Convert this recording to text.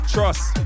Trust